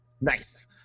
Nice